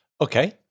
Okay